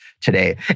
today